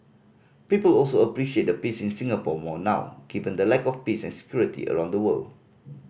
people also appreciate the peace in Singapore more now given the lack of peace and security around the world